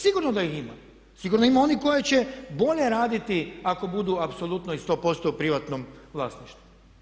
Sigurno da ih ima, sigurno ima onih koje će bolje raditi ako budu apsolutno i sto posto u privatnom vlasništvu.